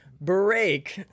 Break